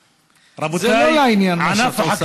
זה לא לעניין, מה שאת עושה.